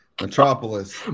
metropolis